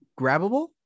Grabbable